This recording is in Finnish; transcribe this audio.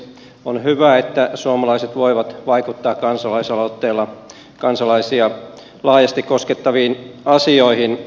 on hyvä että suomalaiset voivat vaikuttaa kansalaisaloitteella kansalaisia laajasti koskettaviin asioihin